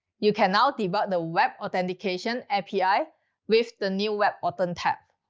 you can now debug the web authentication api with the new webauthn tab.